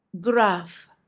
Graph